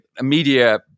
media